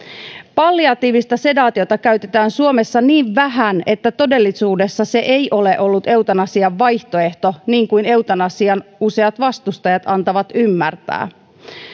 palliatiivista sedaatiota käytetään suomessa niin vähän että todellisuudessa se ei ole ollut eutanasian vaihtoehto niin kuin eutanasian useat vastustajat antavat ymmärtää